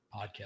podcast